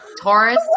Taurus